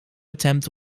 attempt